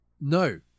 No